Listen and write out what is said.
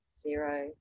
zero